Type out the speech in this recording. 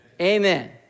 Amen